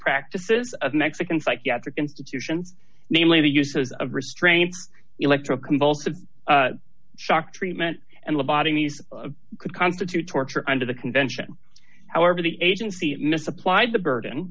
practices of mexican psychiatric institution namely the uses of restraint electroconvulsive shock treatment and the bodies could constitute torture under the convention however the agency misapplied the burden